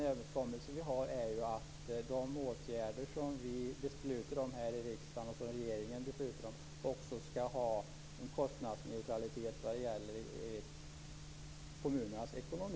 Överenskommelsen innebär att de åtgärder som vi i riksdagen och regeringen beslutar om skall ha en kostnadsneutralitet vad gäller kommunernas ekonomi.